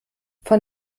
von